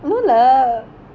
macam dekat kedai